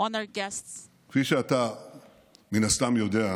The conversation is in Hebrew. (מחיאות כפיים) מכובדי, כפי שאתה מן הסתם יודע,